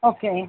okay